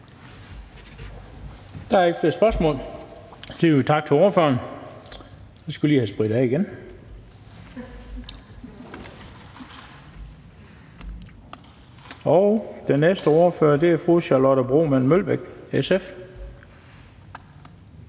Der er ikke flere spørgsmål. Så siger vi tak til ordføreren, og vi skal lige have sprittet af igen. Den næste ordfører er fru Charlotte Broman Mølbæk, SF.